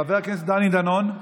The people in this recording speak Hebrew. חבר הכנסת דני דנון,